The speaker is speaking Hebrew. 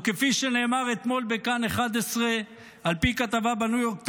וכפי שנאמר אתמול בכאן 11 על פי כתבה בניו יורק טיימס,